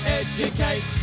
educate